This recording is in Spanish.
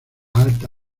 alta